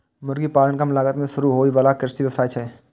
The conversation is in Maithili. मुर्गी पालन कम लागत मे शुरू होइ बला कृषि व्यवसाय छियै